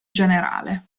generale